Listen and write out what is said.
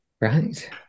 Right